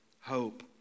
Hope